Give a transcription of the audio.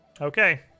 Okay